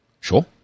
Sure